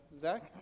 Zach